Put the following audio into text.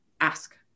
ask